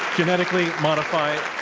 genetically modify